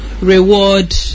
reward